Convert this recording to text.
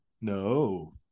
No